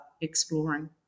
exploring